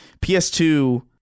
PS2